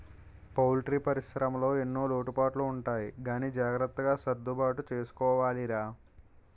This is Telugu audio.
పౌల్ట్రీ పరిశ్రమలో ఎన్నో లోటుపాట్లు ఉంటాయి గానీ జాగ్రత్తగా సర్దుబాటు చేసుకోవాలిరా